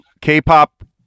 K-pop